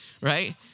right